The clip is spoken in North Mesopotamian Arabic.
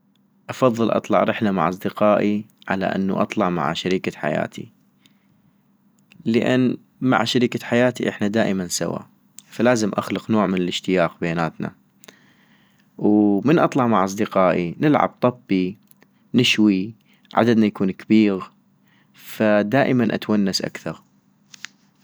افضل اطلع رحلة مع اصدقائي ، على انو اطلع مع شريكة حياتي - لان مع شريكة حياتي احنا دائما سوا، فلازم اخلق نوع من الاشتياق بيناتنا، ومن اطلع مع اصدقائي نلعب طبي، نشوي، عددنا يكون كبيغ فدائما اتونس اكثغ